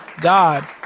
God